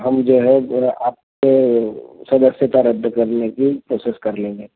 हम जो है फिर आपके सदस्यता रद्द करने की प्रोसेस कर लेंगे